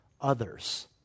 others